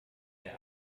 der